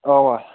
اَوا